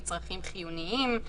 להמשיך בחוזה קיים,